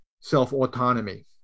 self-autonomy